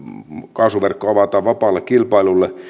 kaasuverkko avataan vapaalle kilpailulle